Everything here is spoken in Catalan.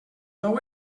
nou